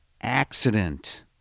accident